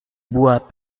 bois